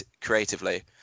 creatively